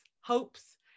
hopes